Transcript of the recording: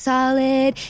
Solid